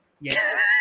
Yes